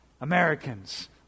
Americans